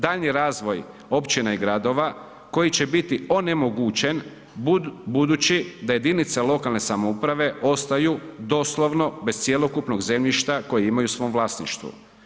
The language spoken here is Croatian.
Daljnji razvoj općina i gradova koji će biti onemogućen budući da jedinice lokalne samouprave ostaju doslovno bez cjelokupnog zemljišta koje imaju u svom vlasništvu.